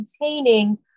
maintaining